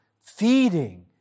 feeding